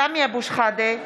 סמי אבו שחאדה,